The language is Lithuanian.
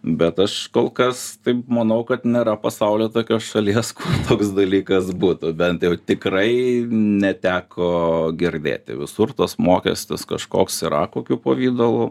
bet aš kol kas taip manau kad nėra pasauly tokios šalies toks dalykas būtų bent jau tikrai neteko girdėti visur tas mokestis kažkoks yra kokiu pavidalu